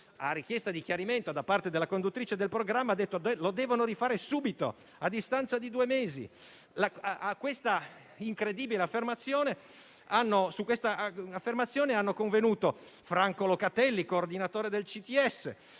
Su richiesta di chiarimento da parte della conduttrice del programma, ha dichiarato che doveva essere rifatto subito, a distanza di due mesi. Su questa incredibile affermazione hanno convenuto Franco Locatelli, coordinatore del CTS,